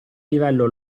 livello